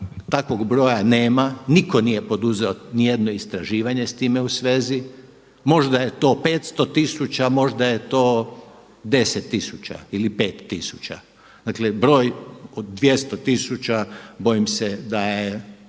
takvoga broja nema, nitko nije poduzeo nijedno istraživanje s time u svezi. Možda je to 500 tisuća, možda je to 10 tisuća ili 5 tisuća, dakle broj od 200 tisuća bojim se da je